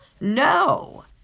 no